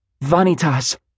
Vanitas